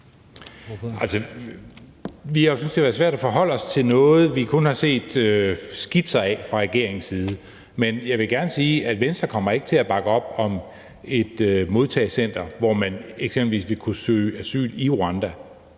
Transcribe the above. vi har jo syntes, det har været svært at forholde os til noget, vi kun har set skitser af fra regeringens side. Men jeg vil gerne sige, at Venstre ikke kommer til at bakke op om et modtagecenter i Rwanda, hvor man eksempelvis ville kunne søge asyl i Danm